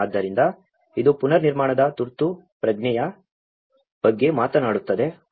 ಆದ್ದರಿಂದ ಇದು ಪುನರ್ನಿರ್ಮಾಣದ ತುರ್ತು ಪ್ರಜ್ಞೆಯ ಬಗ್ಗೆ ಮಾತನಾಡುತ್ತದೆ